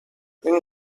این